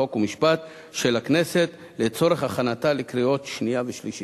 חוק ומשפט של הכנסת לצורך הכנתה לקריאות השנייה והשלישית.